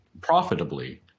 profitably